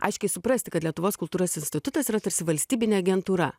aiškiai suprasti kad lietuvos kultūros institutas yra tarsi valstybinė agentūra